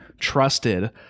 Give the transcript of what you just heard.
trusted